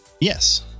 Yes